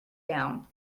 down